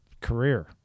career